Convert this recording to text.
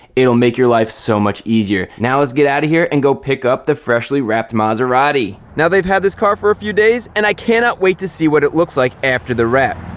it'll make your life so much easier now let's get out of here and go pick up. the freshly wrapped maserati now they've had this car for a few days and i cannot wait to see what it looks like after the wrap